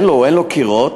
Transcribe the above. אין לו קירות.